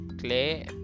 clay